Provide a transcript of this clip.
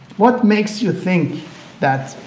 what makes you think that